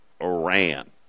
Iran